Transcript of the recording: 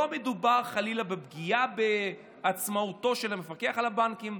לא מדובר חלילה בפגיעה בעצמאותו של המפקח על הבנקים.